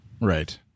Right